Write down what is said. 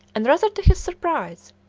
and, rather to his surprise,